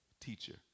teacher